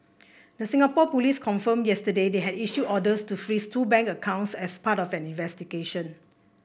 the Singapore police confirmed yesterday they had issued orders to freeze two bank accounts as part of an investigation